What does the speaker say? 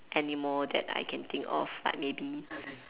animal that I can think of like maybe